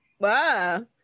Wow